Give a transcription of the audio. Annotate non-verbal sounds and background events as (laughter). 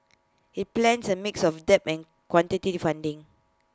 IT plans A mix of debt in quantity (unintelligible) funding